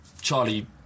Charlie